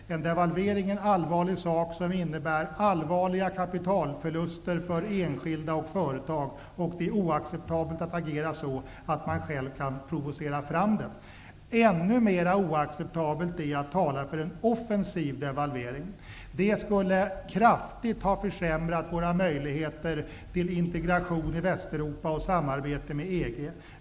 En devalvering är en allvarlig sak som innebär allvarliga kapitalförluster för enskilda och företag. Det är oacceptabelt att agera så att man själv kan provocera fram den. Ännu mer oacceptabelt är det att tala för en offensiv devalvering. Det skulle kraftigt ha försämrat våra möjligheter till integration med Västeuropa och samarbete med EG.